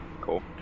Cool